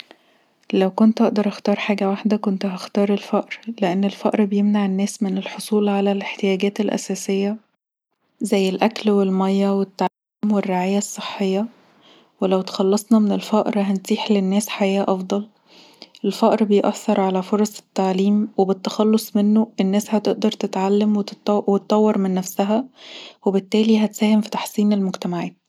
لو كنت اقدر اختار حاجه واحده كنت هختار الفقر، لان الفقر بيمنع الناس من الحصول علي احتياجات اساسية زي الاكل والميه والتعليم والرعايه الصحيه ولو اتخلصتا من الفقر هنتيح للناس حياه افضل، الفقر بيأثر علي فرص التعليم وبالتخلص منه الناس هتقدر تتعلم وتطور من نفسها وبالتالي هتساهم في تحسين المجتمعات